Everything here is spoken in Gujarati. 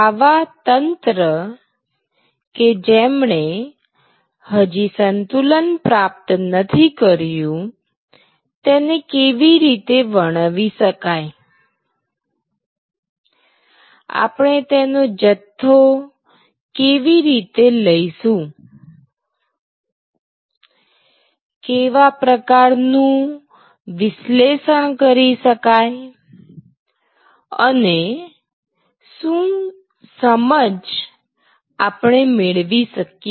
આવા તંત્ર કે જેમણે હજી સંતુલન પ્રાપ્ત નથી કર્યું તેને કેવી રીતે વર્ણવી શકાય આપણે તેનો જથ્થો કેવી રીતે લઈશું કેવા પ્રકારનું વિશ્લેષણ કરી શકાય અને શું સમજ આપણે મેળવી શકીએ